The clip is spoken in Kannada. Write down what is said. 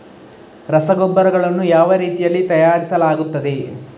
ರಸಗೊಬ್ಬರಗಳನ್ನು ಯಾವ ರೀತಿಯಲ್ಲಿ ತಯಾರಿಸಲಾಗುತ್ತದೆ?